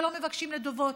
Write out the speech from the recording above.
ולא מבקשים נדבות.